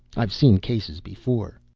i've seen cases before.